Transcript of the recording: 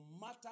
matter